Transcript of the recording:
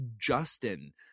Justin